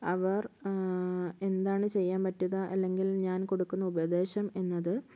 അവർ എന്താണ് ചെയ്യാൻ പറ്റുക അല്ലെങ്കിൽ ഞാൻ കൊടുക്കുന്ന ഉപദേശം എന്നത്